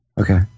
Okay